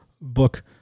book